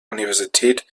universität